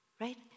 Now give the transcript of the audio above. Right